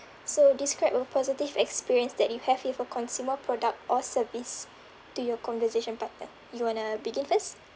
so describe a positive experience that you have with a consumer product or service to your conversation partner you want to begin first